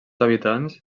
habitants